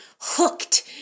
hooked